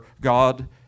God